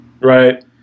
Right